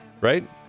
right